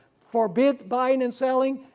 forbid buying and selling,